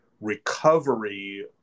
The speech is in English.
recovery